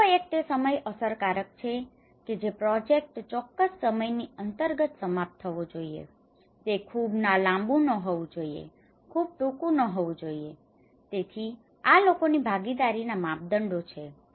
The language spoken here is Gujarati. બીજો એક તે સમય અસરકારક છે કે જે પ્રોજેક્ટ ચોક્કસ સમયની અંતર્ગત સમાપ્ત થવો જોઈએ તે ખૂબ લાંબુ ન હોવું જોઈએ ખૂબ ટૂંકું ન હોવું જોઈએ તેથી આ લોકોની ભાગીદારીના માપદંડો છે